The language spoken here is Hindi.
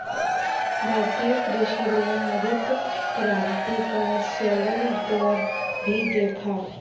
भारतीय कृषि ने हरित क्रांति का स्वर्णिम दौर भी देखा